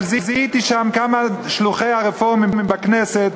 אבל זיהיתי שם כמה שלוחי הרפורמים בכנסת,